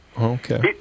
okay